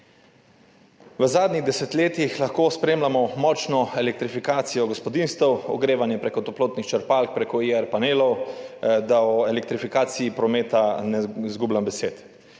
V zadnjih desetletjih lahko spremljamo močno elektrifikacijo gospodinjstev, ogrevanje prek toplotnih črpalk, preko IR panelov, da o elektrifikaciji prometa ne izgubljam besed.